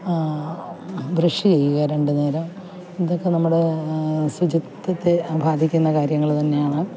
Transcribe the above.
brush ചെയ്യുക രണ്ട് നേരം ഇതൊക്കെ നമ്മുടെ ശുചിത്വത്തെ ബാധിക്കുന്ന കാര്യങ്ങൾ തന്നെയാണ്